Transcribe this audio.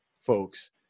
folks